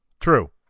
True